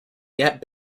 yet